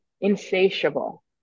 insatiable